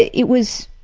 it it was,